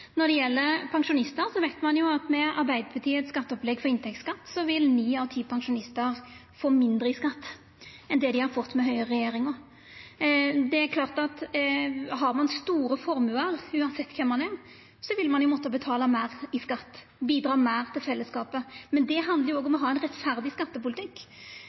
Når det gjeld pensjonistar, veit ein jo at med Arbeidarpartiets opplegg for inntektsskatt vil ni av ti pensjonistar få mindre i skatt enn det dei har fått med høgreregjeringa. Det er klart at har ein store formuar, uansett kven ein er, vil ein jo måtta betala meir i skatt, bidra meir til fellesskapet. Men det handlar òg om å ha ein rettferdig skattepolitikk.